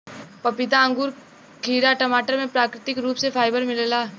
पपीता अंगूर खीरा टमाटर में प्राकृतिक रूप से फाइबर मिलेला